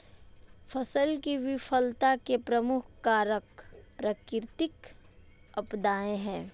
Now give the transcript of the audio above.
फसल की विफलता के प्रमुख कारक प्राकृतिक आपदाएं हैं